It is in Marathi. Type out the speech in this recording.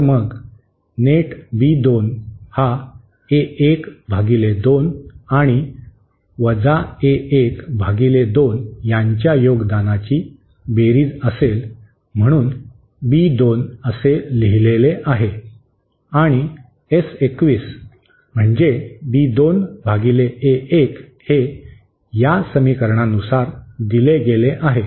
तर मग नेट बी 2 हा ए 1 भागिले 2 आणि वजा ए 1 भागिले 2 यांच्या योगदानाची बेरीज असेल म्हणून बी 2 असे लिहिलेले आहे आणि एस 21 म्हणजे बी 2 भागिले ए 1 हे या समीकरणानुसार दिले गेले आहे